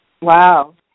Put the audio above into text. Wow